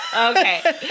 Okay